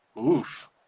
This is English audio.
Oof